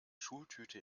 schultüte